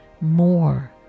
more